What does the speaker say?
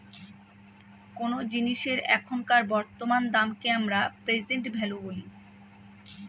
কোনো জিনিসের এখনকার বর্তমান দামকে আমরা প্রেসেন্ট ভ্যালু বলি